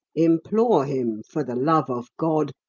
implore him for the love of god,